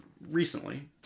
recently